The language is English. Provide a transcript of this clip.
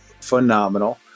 phenomenal